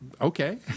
okay